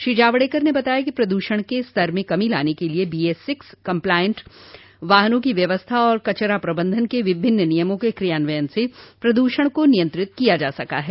श्री जावड़ेकर ने बताया कि प्रद्षण के स्तर में कमी लाने के लिए बीएस छह कंप्लायंट वाहनों की व्यवस्था और कचरा प्रबंधन के विभिन्न नियमों के क्रियान्वयन से प्रद्रषण को नियंत्रित किया जा सका है